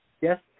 Yes